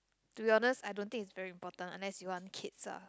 to be honest I don't think it's very important unless you want kids lah